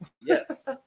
yes